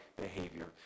behavior